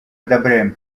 одобряем